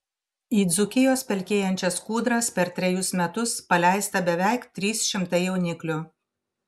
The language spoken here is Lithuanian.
į dzūkijos pelkėjančias kūdras per trejus metus paleista beveik trys šimtai jauniklių